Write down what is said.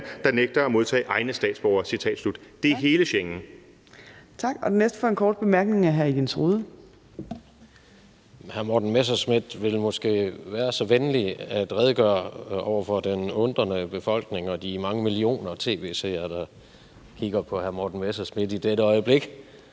der nægter at modtage egne statsborgere.«